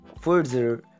further